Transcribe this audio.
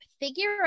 figure